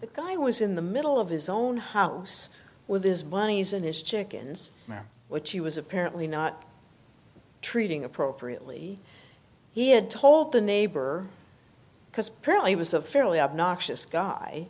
the guy was in the middle of his own house with his bunnies and his chickens which he was apparently not treating appropriately he had told the neighbor because apparently it was a fairly obnoxious guy